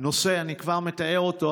נושא שאני כבר אתאר אותו.